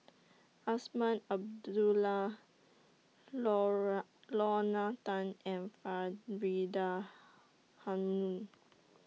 Azman Abdullah Lora Lorna Tan and Faridah Hanum